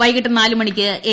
വൈകിട്ട് നാല് മണിക്ക് എ